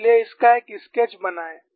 इसलिए इसका एक स्केच बनाएं